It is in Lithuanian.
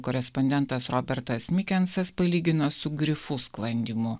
korespondentas robertas mikensas palygino su grifu sklandymu